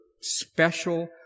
special